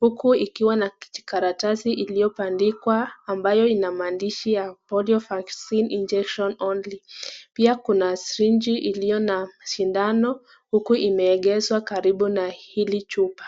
huku ikiwa na kijikaratasi iliyobandikwa ambayo inamaandishi ya [Polio Vaccine injection only]. Pia kuna [syringe] iliyo na sindano huku imeegezwa karibu na hili chupa.